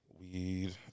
weed